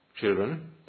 children